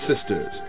sisters